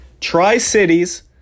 Tri-Cities